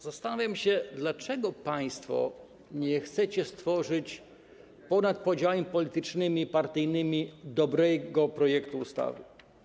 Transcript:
Zastanawiam się, dlaczego państwo nie chcecie stworzyć ponad podziałami politycznymi, partyjnymi dobrego projektu ustawy.